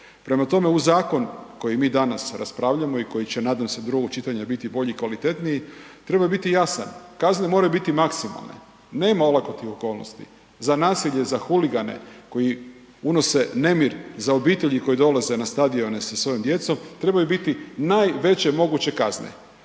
Prema tome, uz zakon koji mi danas raspravljamo i koji će nadam se do drugog čitanja biti bolji i kvalitetniji treba biti jasan, kazne moraju biti maksimalne, nema olakotnih okolnosti za nasilje, za huligane koji unose nemir za obitelji koje dolaze na stadione sa svojom djecom trebaju biti najveće moguće kazne,